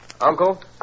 Uncle